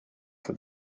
for